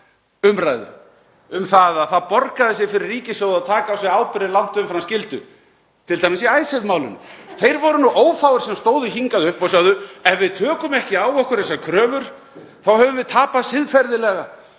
umræðu um að það borgaði sig fyrir ríkissjóð að taka á sig ábyrgðir langt umfram skyldu, t.d. í Icesave-málinu. Þeir voru ófáir sem komu hingað upp og sögðu: Ef við tökum ekki á okkur þessar kröfur höfum við tapað siðferðilega